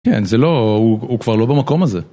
כן, זה לא... הוא כבר לא במקום הזה.